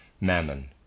Mammon